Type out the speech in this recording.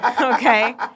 okay